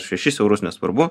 šešis eurus nesvarbu